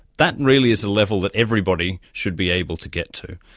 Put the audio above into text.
that really is a level that everybody should be able to get to.